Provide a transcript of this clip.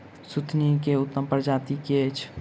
सुथनी केँ उत्तम प्रजाति केँ अछि?